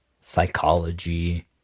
Psychology